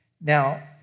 Now